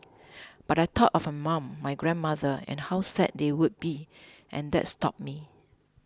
but I thought of my mum my grandmother and how sad they would be and that stopped me